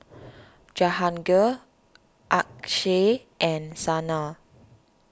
Jahangir Akshay and Sanal